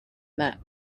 map